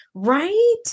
Right